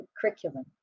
curriculum